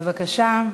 בבקשה.